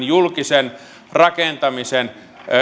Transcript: julkisen rakentamisen